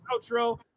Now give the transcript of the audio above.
outro